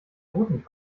roten